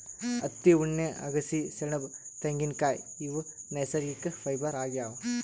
ಹತ್ತಿ ಉಣ್ಣೆ ಅಗಸಿ ಸೆಣಬ್ ತೆಂಗಿನ್ಕಾಯ್ ಇವ್ ನೈಸರ್ಗಿಕ್ ಫೈಬರ್ ಆಗ್ಯಾವ್